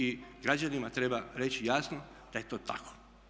I građanima treba reći jasno da je to tako.